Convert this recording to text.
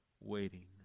waiting